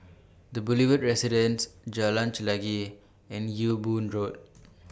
The Boulevard Residence Jalan Chelagi and Ewe Boon Road